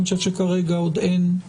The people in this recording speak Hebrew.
אני חושב שכרגע עוד אין.